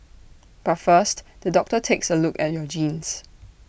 but first the doctor takes A look at your genes